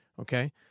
okay